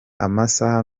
amasaha